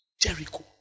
Jericho